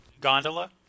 gondola